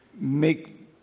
make